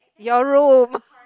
your room